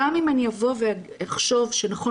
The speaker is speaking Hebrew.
גם אם אני אבוא ואחשוב שנכון,